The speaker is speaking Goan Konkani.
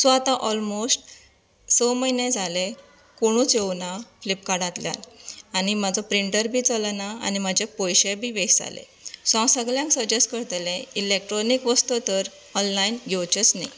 सो आता अलमोस्ट स म्हयने जालें कोणूच येवना फ्लीपकार्टांतल्यान आनी म्हाजो प्रिंन्टर बी चलना आनी म्हजें पयशें बी वेस्ट जालें सो हांव सगळ्यांक सजेस्ट करतले इलेक्ट्रॉनीक वस्तू तर ऑनलायन घेवच्योचच न्ही